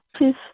please